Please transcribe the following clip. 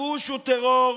הכיבוש הוא טרור.